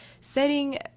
setting